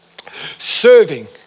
serving